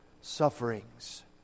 sufferings